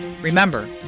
Remember